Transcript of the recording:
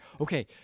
okay